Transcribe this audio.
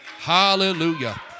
Hallelujah